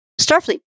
Starfleet